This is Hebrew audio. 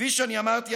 כפי שאני אמרתי,